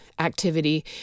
Activity